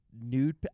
nude